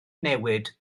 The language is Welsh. newid